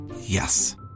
Yes